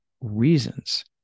reasons